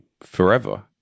forever